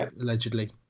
allegedly